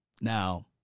Now